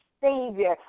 Savior